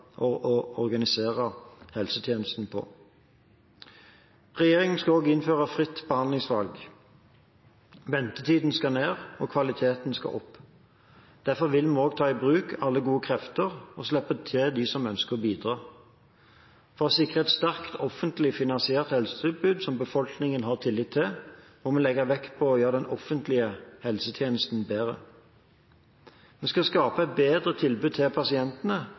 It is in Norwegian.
organisere helsetjenesten på. Regjeringen skal også innføre fritt behandlingsvalg. Ventetiden skal ned og kvaliteten skal opp. Derfor vil vi også ta i bruk alle gode krefter og slippe til dem som ønsker å bidra. For å sikre et sterkt offentlig finansiert helsetilbud som befolkningen har tillit til, må vi legge vekt på å gjøre den offentlige helsetjenesten bedre. Vi skal skape et bedre tilbud til pasientene